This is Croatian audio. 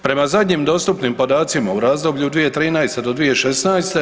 Prema zadnjim dostupnim podacima u razdoblju 2013.-2016.